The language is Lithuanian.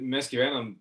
mes gyvenam